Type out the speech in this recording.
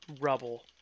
Rubble